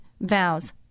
vows